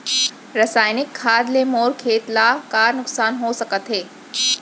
रसायनिक खाद ले मोर खेत ला का नुकसान हो सकत हे?